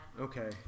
Okay